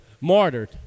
martyred